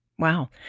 Wow